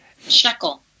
Shekel